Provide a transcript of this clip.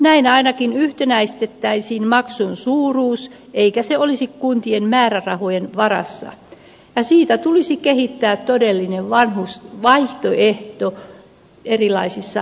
näin ainakin yhtenäistettäisiin maksun suuruus eikä se olisi kuntien määrärahojen varassa ja siitä tulisi kehittää todellinen vanhusvaihtoehto erilaisissa hoitomuodoissa